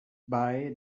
bei